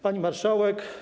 Pani Marszałek!